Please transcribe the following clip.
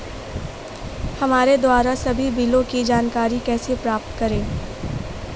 हमारे द्वारा सभी बिलों की जानकारी कैसे प्राप्त करें?